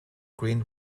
green